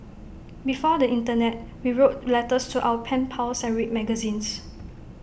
before the Internet we wrote letters to our pen pals and read magazines